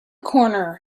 corner